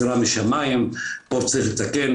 בואו תראו כמה מטרטרים,